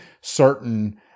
certain